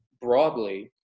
broadly